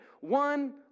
one